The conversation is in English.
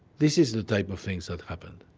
this is the type of things that happened.